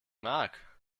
mark